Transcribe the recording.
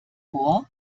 vor